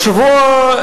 השבוע,